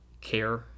care